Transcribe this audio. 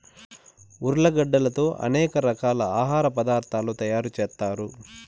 ఉర్లగడ్డలతో అనేక రకాల ఆహార పదార్థాలు తయారు చేత్తారు